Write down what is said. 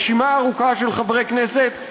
רשימה ארוכה של חברי כנסת,